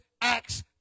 acts